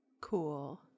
Cool